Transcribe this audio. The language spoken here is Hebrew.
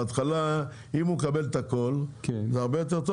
בהתחלה אם הוא מקבל את הכול זה הרבה יותר טוב